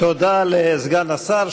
תודה לסגן השר.